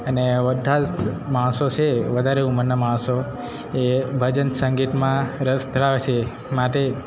અને બધા જ માણસો છે વધારે ઉંમરના માણસો એ ભજન સંગીતમાં રસ ધરાવે છે માટે